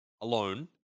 alone